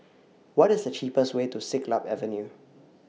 What IS The cheapest Way to Siglap Avenue